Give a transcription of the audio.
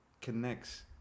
connects